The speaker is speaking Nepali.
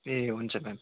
ए हुन्छ म्याम